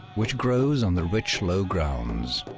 which grows on the rich low grounds.